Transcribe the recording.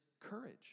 courage